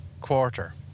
quarter